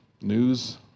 news